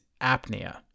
apnea